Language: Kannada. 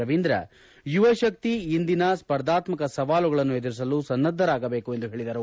ರವೀಂದ್ರ ಯುವಶಕ್ತಿ ಇಂದಿನ ಸ್ಪರ್ಧಾತ್ಮಕ ಸವಾಲುಗಳನ್ನು ಎದುರಿಸಲು ಸನ್ನದ್ದರಾಗಬೇಕು ಎಂದು ತಿಳಿಸಿದರು